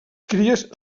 cries